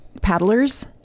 Paddlers